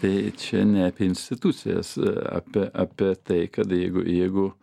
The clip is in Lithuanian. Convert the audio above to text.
tai čia ne apie institucijas apie apie tai kad jeigu jeigu